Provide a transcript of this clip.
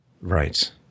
Right